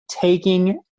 taking